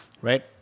right